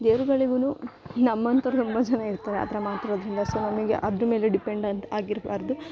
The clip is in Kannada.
ದೇವ್ರ್ಗಳಿಗೂ ನಮ್ಮಂತರು ತುಂಬ ಜನ ಇರ್ತಾರೆ ಆ ಥರ ಮಾತಾಡೋದರಿಂದ ಸೊ ನಮಗೆ ಅದ್ರ ಮೇಲೆ ಡಿಪೆಂಡ್ ಅಂತ ಆಗಿರಬಾರ್ದು